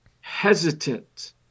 hesitant